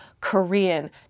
Korean